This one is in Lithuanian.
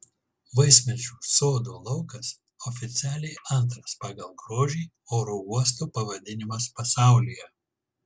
vaismedžių sodo laukas oficialiai antras pagal grožį oro uosto pavadinimas pasaulyje